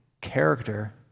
character